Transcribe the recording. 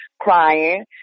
crying